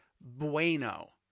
bueno